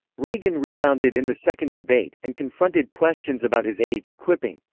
reagan rebounded in the second debate, and confronted questions about his age, quipping,